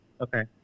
Okay